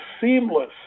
seamless